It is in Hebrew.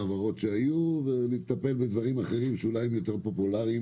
ההעברות שהיו ולטפל בדברים אחרים שאולי הם יותר פופולריים,